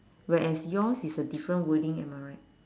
whereas yours is a different wording am I right